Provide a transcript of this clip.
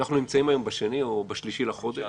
אנחנו נמצאים היום ב-2 או ב-3 בחודש.